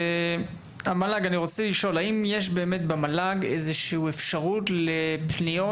פונה למל"ג ורוצה לשאול - האם יש במל"ג איזשהו אפשרות לפניות